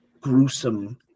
gruesome